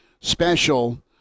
special